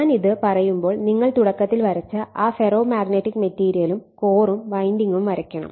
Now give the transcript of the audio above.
ഞാൻ ഇത് പറയുമ്പോൾ നിങ്ങൾ തുടക്കത്തിൽ വരച്ച ആ ഫെറോ മാഗ്നറ്റിക് മെറ്റീരിയലും കോറും വൈൻഡിങ്ങും വരയ്ക്കണം